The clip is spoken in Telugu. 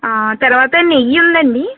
తర్వాత నెయ్యుందండీ